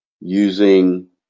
Using